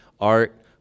art